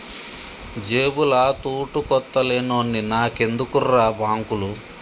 జేబుల తూటుకొత్త లేనోన్ని నాకెందుకుర్రా బాంకులు